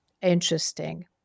interesting